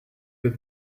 with